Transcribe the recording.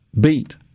beat